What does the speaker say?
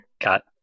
got